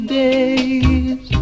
days